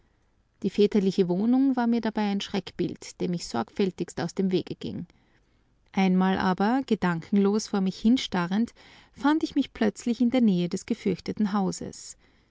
die väterliche wohnung war mir dabei ein schreckbild dem ich sorgfältigst aus dem wege ging einmal aber gedankenlos vor mich hinstarrend fand ich mich plötzlich in der nähe des gefürchteten hauses